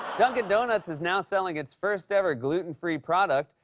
dunkin' donuts is now selling its first ever gluten-free product.